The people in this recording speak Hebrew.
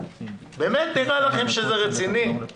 באמת נראה לכם שזה רציני?